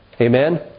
Amen